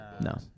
no